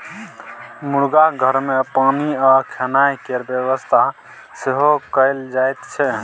मुरगाक घर मे पानि आ खेनाइ केर बेबस्था सेहो कएल जाइत छै